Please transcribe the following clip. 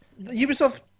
Ubisoft